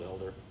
elder